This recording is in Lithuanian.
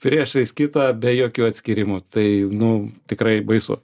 priešais kitą be jokių atskyrimų tai nu tikrai baisu